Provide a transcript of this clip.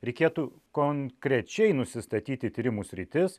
reikėtų konkrečiai nusistatyti tyrimų sritis